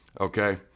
Okay